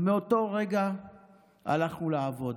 ומאותו רגע הלכנו לעבוד.